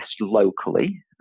locally